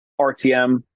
RTM